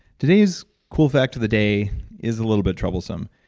today's cool fact of the day is a little bit troublesome.